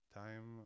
time